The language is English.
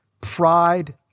pride